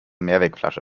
mehrwegflasche